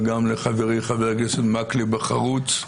וגם לחברי חבר הכנסת מקלב החרוץ,